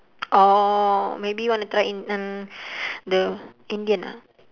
orh maybe want to try in uh the indian ah